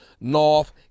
North